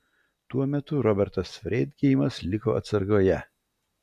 tuo metu robertas freidgeimas liko atsargoje